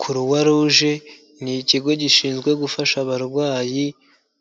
Croix rouge ni ikigo gishinzwe gufasha abarwayi